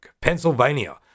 Pennsylvania